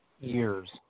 years